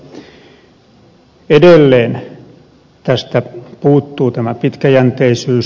edelleen tästä puuttuu pitkäjänteisyys